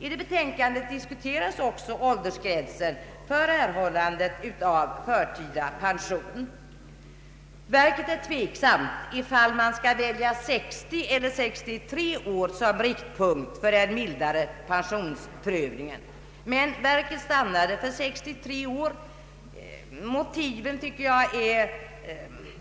I detta betänkande diskuterades också ålders gränser för erhållandet av förtida pension. Verket är tveksamt i fall man skall lägga 60 eller 63 år som riktpunkt för den mildare pensionsprövningen, men verket har stannat för 63 år. Motiven härför tycker jag är